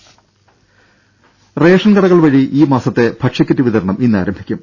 രുഭ റേഷൻ കടകൾ വഴി ഈ മാസത്തെ ഭക്ഷ്യക്കിറ്റ് വിതരണം ഇന്നാരംഭിക്കും